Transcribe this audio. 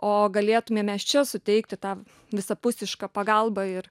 o galėtumėm mes čia suteikti tą visapusišką pagalbą ir